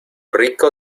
ricco